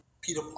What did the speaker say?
Peter